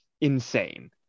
insane